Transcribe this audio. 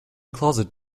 closet